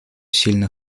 сильно